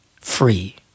free